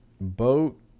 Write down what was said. Boat